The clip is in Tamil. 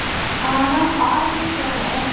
ஆ மேம் ஆறு பேர் போகிறோம்